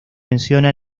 menciona